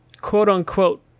quote-unquote